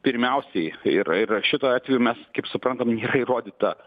pirmiausiai ir ir šitu atveju mes kaip suprantam nėra įrodyta